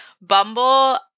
Bumble